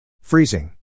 Freezing